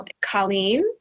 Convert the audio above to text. Colleen